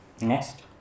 Next